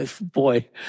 Boy